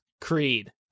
Creed